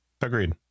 Agreed